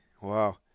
Wow